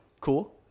cool